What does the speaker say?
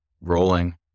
rolling